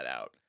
out